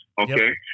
Okay